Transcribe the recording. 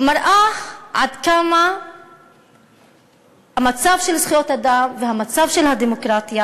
מראה עד כמה המצב של זכויות אדם והמצב של הדמוקרטיה